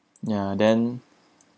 ya then